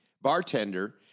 bartender